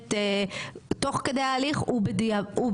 נבחנת תוך כדי ההליך ובדיעבד,